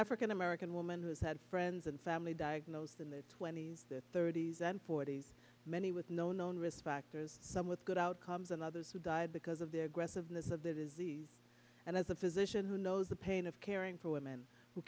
african american woman who's had friends and family diagnosed in their twenty's thirty's and forty's many with no known risk factors some with good outcomes and others who died because of the aggressiveness of the disease and as a physician who knows the pain of caring for women who